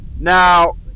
Now